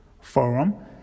forum